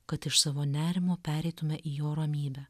kad iš savo nerimo pereitume į jo ramybę